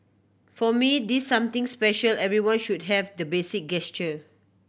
for me this something special everyone should have the basic gesture